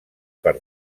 per